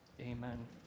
Amen